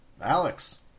Alex